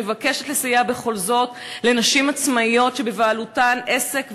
מבקשת לסייע בכל זאת לנשים עצמאיות שבבעלותן עסק,